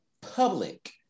public